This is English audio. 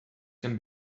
can